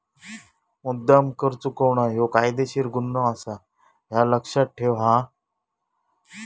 मुद्द्दाम कर चुकवणा ह्यो कायदेशीर गुन्हो आसा, ह्या लक्ष्यात ठेव हां